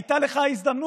הייתה לך הזדמנות.